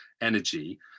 energy